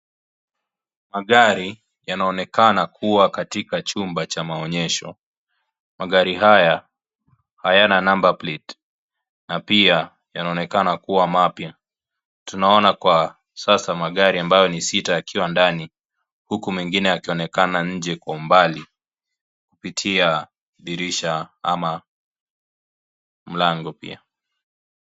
Magari yanaonekana kuwa katika chumba cha maonyesho. Magari haya hayana number plate na pia yanaonekana kuwa mapya. Tunaona kwa sasa magari ambayo ni sita yakiwa ndani huku mengine yakionekana nje kwa umbali kupitia dirisha ama mlango pia.